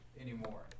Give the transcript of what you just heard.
anymore